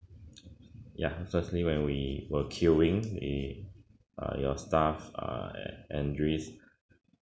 ya firstly when we were queuing in uh your staff err andris